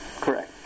Correct